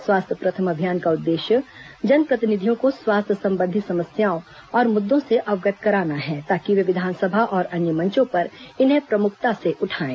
स्वास्थ्य प्रथम अभियान का उद्देश्य जनप्रतिनिधियों को स्वास्थ्य संबंधी समस्याओं और मुद्दों से अवगत कराना है ताकि वे विधानसभा और अन्य मंचों पर इन्हें प्रमुखता से उठाएं